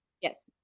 yes